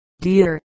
dear